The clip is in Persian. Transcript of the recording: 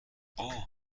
اوه